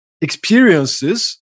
experiences